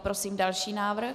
Prosím další návrh.